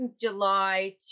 July